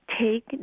take